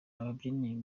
ababyinnyi